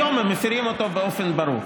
היום הם מפירים אותו באופן ברור.